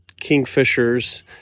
kingfishers